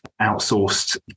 outsourced